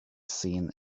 seen